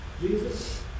Jesus